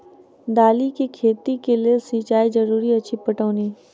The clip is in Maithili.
दालि केँ खेती केँ लेल सिंचाई जरूरी अछि पटौनी?